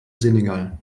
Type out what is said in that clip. senegal